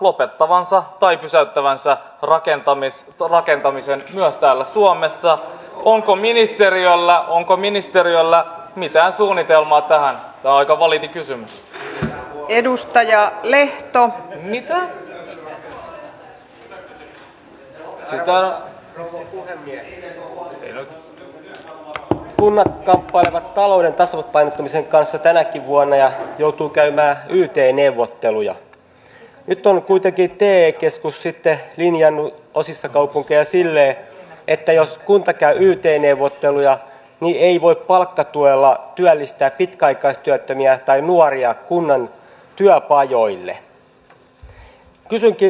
mutta kysymykseni kuuluu ensinnäkin on hyvä että tässä isossa hankkeessa onnistuttaisiin että on rahoitus se on ihan selvä asia kun lähdetään siitä että kokonaisveroaste ei voi nousta se on hallitusohjelmassa kirjoitettu ja nyt sitten on ajateltu että ensisijaisesti haettaisiin valtion rahoitusta ja nyt jo puhutaan valtion ja aluehallinnon sekarahoituksesta